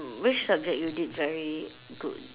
which subject you did very good